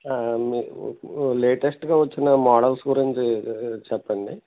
మీ లేటెస్ట్గా వచ్చిన మోడల్స్ గురించి చెప్పండి